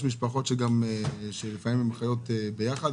יש משפחות שלפעמים חיות ביחד.